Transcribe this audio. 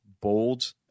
bold